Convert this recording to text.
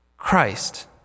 Christ